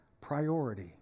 priority